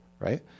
right